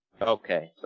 Okay